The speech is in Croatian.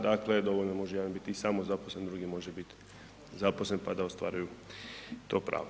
Dakle, dovoljno može jedan biti i samozaposleni, drugi može biti zaposlen pa da ostvaruju to pravo.